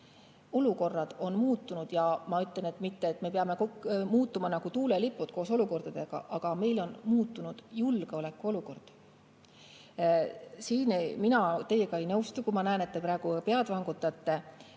Olukorrad on muutunud. Ma ei ütle, et me peame muutuma nagu tuulelipud koos olukordadega, aga meil on muutunud julgeolekuolukord. Siin mina teiega ei nõustu, kui ma näen, et te praegu pead vangutate.